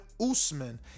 Usman